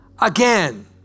again